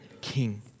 king